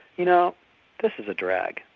you know this is a drag,